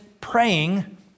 praying